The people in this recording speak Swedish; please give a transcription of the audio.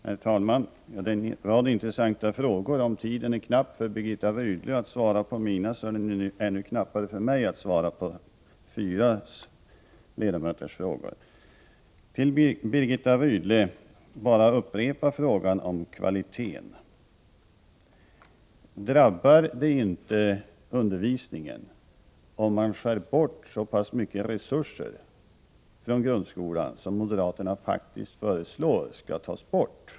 Herr talman! En rad intressanta frågor har ställts till mig. Men om tiden är knapp för Birgitta Rydle när det gäller att svara på mina frågor är den ju ännu knappare för mig, eftersom jag har att svara på fyra ledamöters frågor. Till Birgitta Rydle vill jag upprepa frågan om kvaliteten. Drabbar det inte undervisningen om man skär bort så pass mycket resurser från grundskolan som moderaterna faktiskt föreslår?